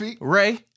Ray